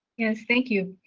and thank you.